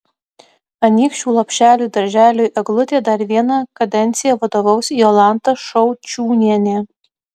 anykščių lopšeliui darželiui eglutė dar vieną kadenciją vadovaus jolanta šaučiūnienė